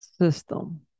system